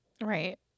right